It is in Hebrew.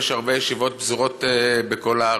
יש הרבה ישיבות פזורות בכל הארץ.